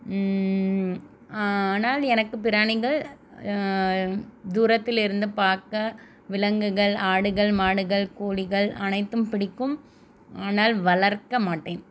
ஆனால் எனக்கு பிராணிகள் தூரத்திலிருந்து பாக்க விலங்குகள் ஆடுகள் மாடுகள் கோழிகள் அனைத்தும் பிடிக்கும் ஆனால் வளர்க்க மாட்டேன்